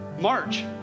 March